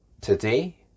today